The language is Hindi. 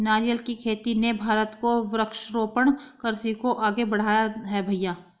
नारियल की खेती ने भारत को वृक्षारोपण कृषि को आगे बढ़ाया है भईया